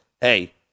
hey